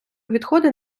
відходи